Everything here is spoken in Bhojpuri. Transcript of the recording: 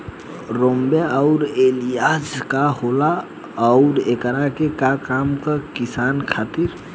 रोम्वे आउर एलियान्ज का होला आउरएकर का काम बा किसान खातिर?